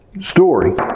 story